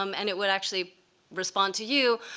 um and it would actually respond to you.